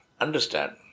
understand